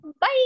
Bye